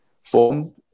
form